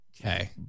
Okay